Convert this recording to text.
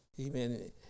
Amen